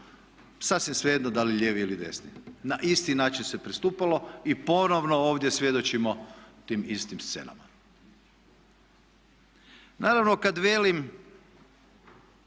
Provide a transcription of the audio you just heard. Sasvim svejedno da li lijevi ili desni. Na isti način se pristupalo i ponovno ovdje svjedočimo tim istim scenama. Naravno kada velim